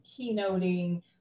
keynoting